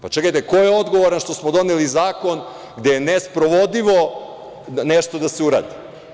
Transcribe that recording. Pa, čekajte ko je odgovoran što smo doneli zakon gde je nesprovodivo nešto da se uradi.